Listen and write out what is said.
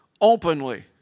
openly